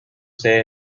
sede